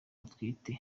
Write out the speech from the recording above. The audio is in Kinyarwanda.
atwite